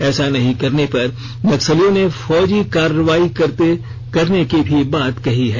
ऐसा नहीं करने पर नक्सलियों ने फौजी कार्रवाई करने की भी बात कही गई है